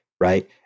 right